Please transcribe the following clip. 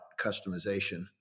Customization